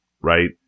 right